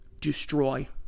destroy